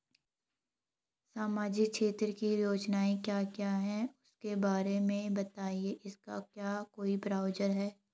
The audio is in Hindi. सामाजिक क्षेत्र की योजनाएँ क्या क्या हैं उसके बारे में बताएँगे इसका क्या कोई ब्राउज़र है?